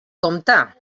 compte